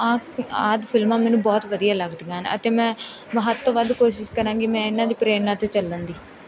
ਆ ਆਦਿ ਫਿਲਮਾਂ ਮੈਨੂੰ ਬਹੁਤ ਵਧੀਆ ਲੱਗਦੀਆਂ ਹਨ ਅਤੇ ਮੈਂ ਵੱਧ ਤੋਂ ਵੱਧ ਕੋਸ਼ਿਸ਼ ਕਰਾਂਗੀ ਮੈਂ ਇਹਨਾਂ ਦੀ ਪ੍ਰੇਰਨਾ 'ਤੇ ਚੱਲਣ ਦੀ